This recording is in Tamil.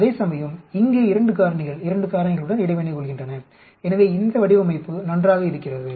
அதேசமயம் இங்கே 2 காரணிகள் 2 காரணிகளுடன் இடைவினை கொள்கின்றன எனவே இந்த வடிவமைப்பு நன்றாக இருக்கிறது